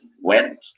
went